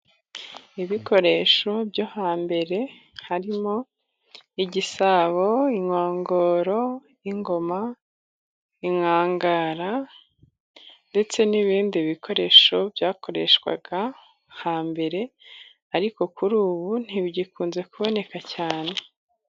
Ibikoresho byo hambere harimo: igisabo, inkongoro, ingoma, inkangara, ndetse n'ibindi bikoresho byakoreshwaga hambere. Ariko kuri ubu ntibigikunze kuboneka cyane.